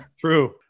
True